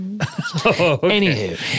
Anywho